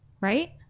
right